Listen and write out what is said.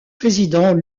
président